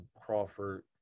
Crawford